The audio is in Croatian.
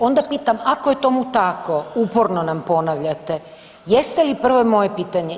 Onda pitam ako je tomu tako, uporno nam ponavljate, jeste li prvo moje pitanje.